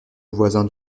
voisin